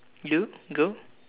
you go